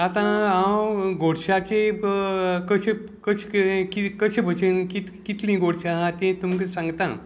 आतां हांव गोडशाचे कशे कशे कशे भशेन कित कितली गोडशां आहा ती तुमकां सांगता